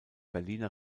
berliner